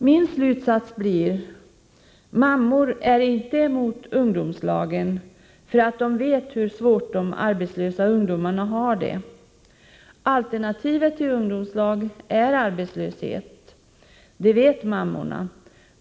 Min slutsats blir: Mammor är inte emot ungdomslagen, eftersom de vet hur svårt de arbetslösa ungdomarna har det. Alternativet till ungdomslag är arbetslöshet, och det vet mammorna.